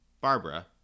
Barbara